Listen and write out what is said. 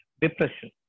depression